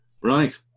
Right